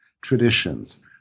traditions